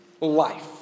Life